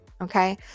Okay